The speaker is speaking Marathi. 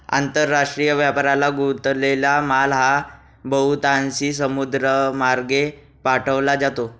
आंतरराष्ट्रीय व्यापारात गुंतलेला माल हा बहुतांशी समुद्रमार्गे पाठवला जातो